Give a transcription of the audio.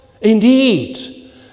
Indeed